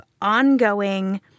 ongoing